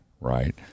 right